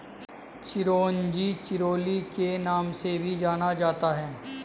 चिरोंजी चिरोली के नाम से भी जाना जाता है